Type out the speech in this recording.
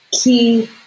key